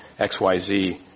XYZ